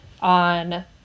on